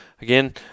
again